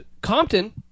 Compton